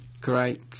great